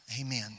amen